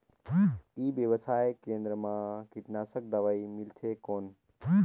ई व्यवसाय केंद्र मा कीटनाशक दवाई मिलथे कौन?